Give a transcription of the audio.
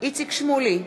איציק שמולי,